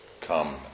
come